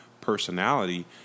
personality